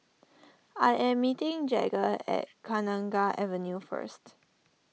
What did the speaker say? I am meeting Jagger at Kenanga Avenue first